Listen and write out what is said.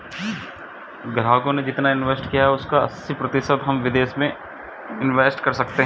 ग्राहकों ने जितना इंवेस्ट किया है उसका अस्सी प्रतिशत हम विदेश में इंवेस्ट कर सकते हैं